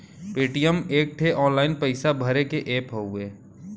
Paytm एक ठे online पइसा भरे के ऐप हउवे